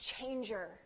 changer